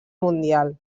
mundial